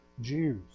Jews